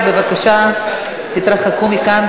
בבקשה תתרחקו מכאן,